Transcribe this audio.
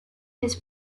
his